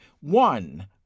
One